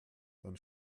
dann